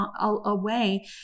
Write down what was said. away